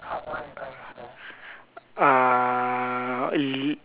uh